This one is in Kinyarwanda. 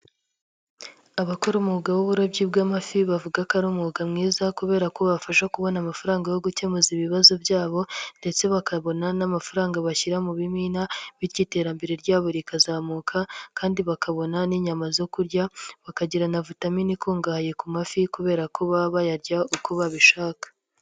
Abakora umwuga w'uburobyi bw'amafi bavuga ko ari umwuga mwiza kubera ko ubafasha kubona amafaranga yo gukemura ibibazo byabo ndetse bakabona n'amafaranga bashyira mu bimina bityo iterambere ryabo rikazamuka kandi bakabona n'inyama zo kurya bakagira na vitaminini ikungahaye ku mafi kubera ko baba bayarya uko babishaka.